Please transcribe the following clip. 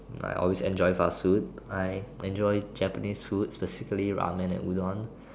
I always enjoy fast food I enjoy Japanese food specifically Ramen and Udon